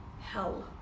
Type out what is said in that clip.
hell